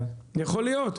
יכול להיות.